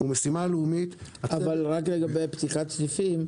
לגבי פתיחת סניפים,